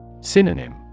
Synonym